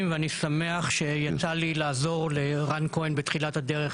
ואני שמח שיצא לי לעזור לרן כהן בתחילת הדרך